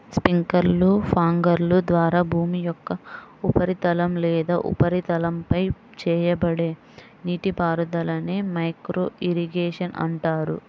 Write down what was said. స్ప్రింక్లర్లు, ఫాగర్ల ద్వారా భూమి యొక్క ఉపరితలం లేదా ఉపరితలంపై చేయబడే నీటిపారుదలనే మైక్రో ఇరిగేషన్ అంటారు